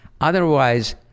Otherwise